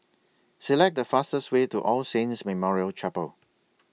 Select The fastest Way to All Saints Memorial Chapel